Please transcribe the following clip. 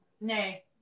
nay